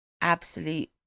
absolute